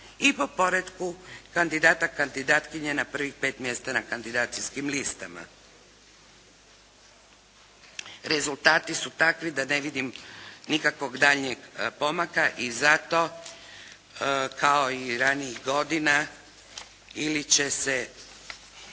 i po poretku kandidata i kandidatkinja na prvih pet mjesta na kandidacijskim listama. Rezultati su takvi da ne vidim nikakvog daljnjeg pomaka i zato kao i ranijih godina ili će se